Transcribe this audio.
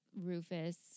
Rufus